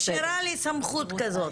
נשארה לי סמכות כזאת.